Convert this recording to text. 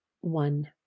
one